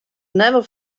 never